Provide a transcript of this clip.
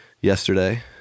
yesterday